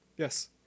Yes